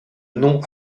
nom